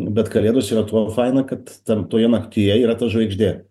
bet kalėdos yra tuo faina kad tam toje naktyje yra ta žvaigždė